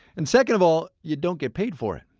and second of all, you don't get paid for it.